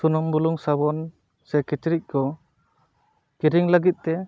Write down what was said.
ᱥᱩᱱᱩᱢ ᱵᱩᱞᱤᱝ ᱥᱟᱵᱚᱱ ᱥᱮ ᱠᱤᱪᱨᱤᱡ ᱠᱚ ᱠᱤᱨᱤᱧ ᱞᱟᱹᱜᱤᱫ ᱛᱮ